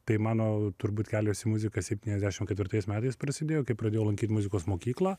tai mano turbūt kelias į muziką septyniasdešimt ketvirtais metais prasidėjo kai pradėjau lankyt muzikos mokyklą